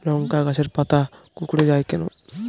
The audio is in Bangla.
লংকা গাছের পাতা কুকড়ে যায় কেনো?